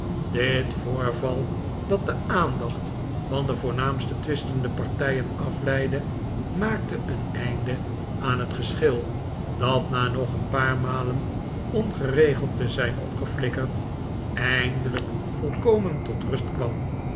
dit voorval dat de aandacht van de voornaamste twistende partijen afleidde maakte een einde aan het geschil dat na nog een paar malen ongeregeld te zijn opgeflikkerd eindelijk volkomen tbt rust kwam